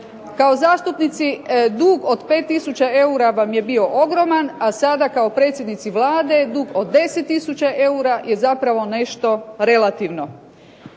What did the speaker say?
Kao zastupnici dug od 5000 eura vam je bio ogroman, a sada kao predsjednici Vlade dug od 10000 eura je zapravo nešto relativno.